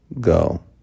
go